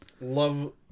Love